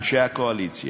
אנשי הקואליציה,